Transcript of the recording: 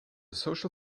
social